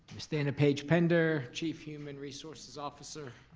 miss dana paige-pender, chief human resources officer.